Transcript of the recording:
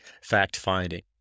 fact-finding